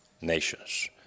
nations